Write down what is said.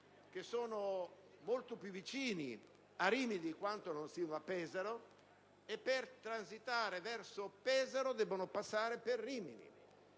che sono molto più vicini a Rimini di quanto non lo siano a Pesaro e che, per transitare verso Pesaro, debbono passare per Rimini: